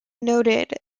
noted